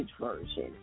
version